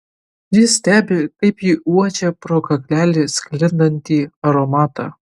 jis stebi kaip ji uodžia pro kaklelį sklindantį aromatą